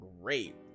great